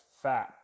fat